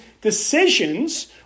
decisions